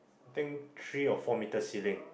think three or four meter ceiling